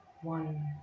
one